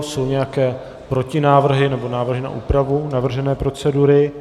Jsou nějaké protinávrhy nebo návrhy na úpravu navržené procedury?